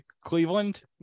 Cleveland